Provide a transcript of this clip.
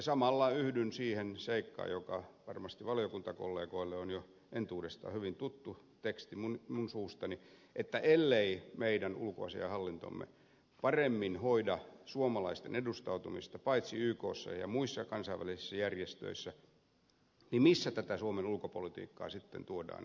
samalla yhdyn siihen seikkaan joka varmasti valiokuntakollegoille on jo entuudestaan hyvin tuttu teksti minun suustani että ellei meidän ulkoasiainhallintomme paremmin hoida suomalaisten edustautumista paitsi ykssa ja muissa kansainvälisissä järjestöissä niin missä tätä suomen ulkopolitiikkaa sitten tuodaan esille